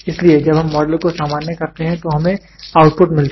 इसलिए जब हम मॉडल को सामान्य करते हैं तो हमें आउटपुट मिलता है